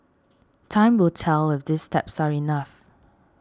time will tell if these steps are enough